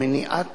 מניעת